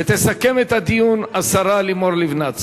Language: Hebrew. ותסכם את הדיון השרה לימור לבנת,